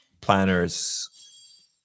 planners